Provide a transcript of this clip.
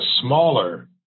smaller